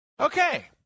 Okay